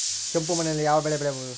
ಕೆಂಪು ಮಣ್ಣಿನಲ್ಲಿ ಯಾವ ಬೆಳೆ ಬೆಳೆಯಬಹುದು?